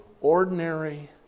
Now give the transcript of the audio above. ordinary